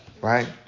Right